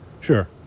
sure